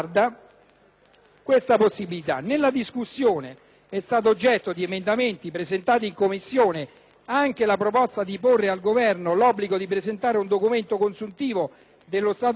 tale possibilità. Nel corso della discussione è stata oggetto di emendamenti presentati in Commissione anche la proposta di porre in capo al Governo l'obbligo di presentare un documento consuntivo dello *status quo*